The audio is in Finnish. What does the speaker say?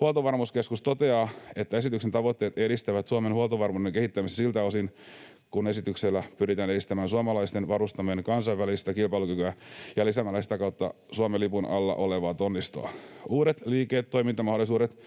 Huoltovarmuuskeskus toteaa, että esityksen tavoitteet edistävät Suomen huoltovarmuuden kehittämistä siltä osin kuin esityksellä pyritään edistämään suomalaisten varustamojen kansainvälistä kilpailukykyä ja lisäämään sitä kautta Suomen lipun alla olevaa tonnistoa. Uudet liiketoimintamahdollisuudet